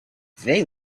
they